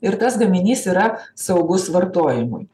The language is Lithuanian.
ir tas gaminys yra saugus vartojimui